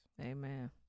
amen